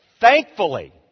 Thankfully